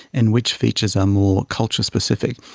and which features are more culture specific.